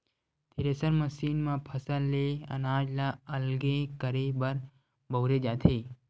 thresher machine म फसल ले अनाज ल अलगे करे बर बउरे जाथे